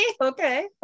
okay